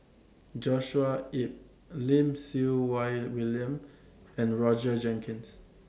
Joshua Ip Lim Siew Wai William and Roger Jenkins